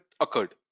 occurred